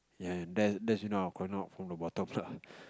ya and that's you know our from the bottoms lah